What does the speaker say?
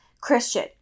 Christian